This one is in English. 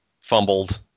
fumbled